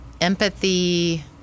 empathy